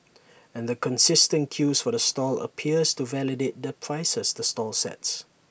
and the consistent queues for the stall appears to validate the prices the stall sets